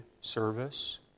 service